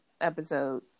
episode